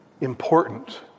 important